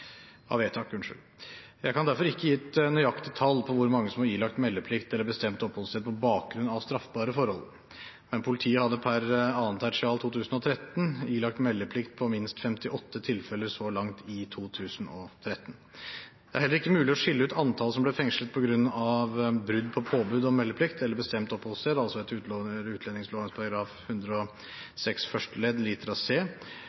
vedtak. Jeg kan derfor ikke gi et nøyaktig tall på hvor mange som er ilagt meldeplikt eller bestemt oppholdssted på bakgrunn av straffbare forhold, men politiet hadde per 2. tertial 2013 ilagt meldeplikt i minst 58 tilfeller så langt i 2013. Det er heller ikke mulig å skille ut antallet som ble fengslet på grunn av brudd på påbud om meldeplikt eller bestemt oppholdssted, altså